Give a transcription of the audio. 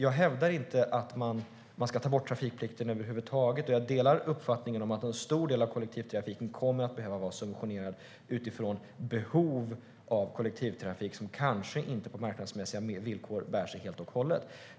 Jag hävdar inte att man ska ta bort trafikplikten, och jag delar uppfattningen att en stor del av kollektivtrafiken kommer att behöva vara subventionerad utifrån behov av kollektivtrafik som kanske inte på marknadsmässiga villkor bär sig helt och hållet.